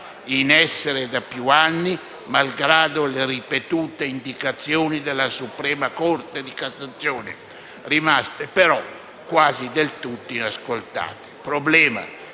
in essere da più anni malgrado le ripetute indicazioni della suprema Corte di cassazione, rimaste però quasi del tutto inascoltate. Problema